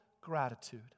gratitude